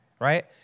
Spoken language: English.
Right